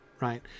Right